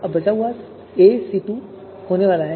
अब बचा हुआ सेट A C1 होने वाला है